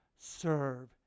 serve